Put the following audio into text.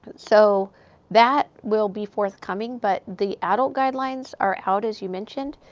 so that will be forthcoming. but the adult guidelines are out, as you mentioned.